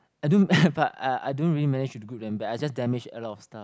I don't but ah I don't really manage to glue them back I just damage a lot of stuff